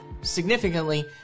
significantly